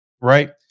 right